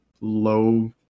low